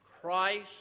Christ